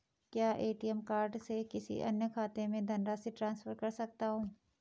क्या ATM card से किसी अन्य खाते में धनराशि ट्रांसफर कर सकता हूँ?